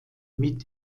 mit